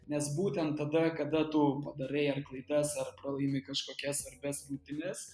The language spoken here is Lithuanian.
nes būtent tada kada tu padarai ar klaidas ar pralaimi kažkokias svarbias rungtynes